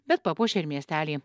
bet papuošė ir miestelį